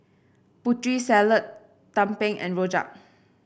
Putri Salad tumpeng and rojak